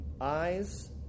eyes